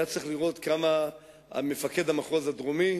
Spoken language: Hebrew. צריך לראות כמה מפקד המחוז הדרומי,